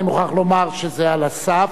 אני מוכרח לומר שזה על הסף,